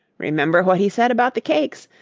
remember what he said about the cakes.